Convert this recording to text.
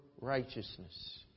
righteousness